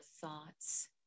thoughts